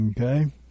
Okay